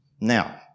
Now